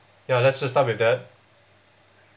ya let's just start with that